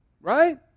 Right